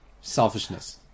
selfishness